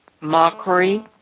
mockery